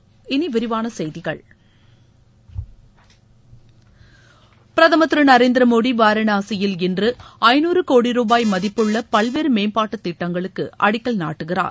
இனி விரிவான செய்திகள் பிரதமர் திரு நரேந்திர மோடி வாரணாசியில் இன்று ஐநூறு கோடி ரூபாய் மதிப்புள்ள பல்வேறு மேம்பாட்டு திட்டங்களுக்கு அடிக்கல் நாட்டுகிறார்